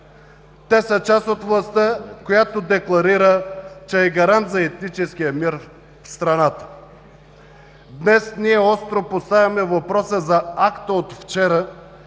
Те са част от властта, която декларира, че е гарант за етническия мир в страната. Днес ние остро поставяме въпроса за акта от вчера